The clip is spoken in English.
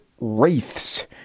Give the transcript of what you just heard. wraiths